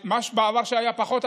ובעבר היה הרבה פחות.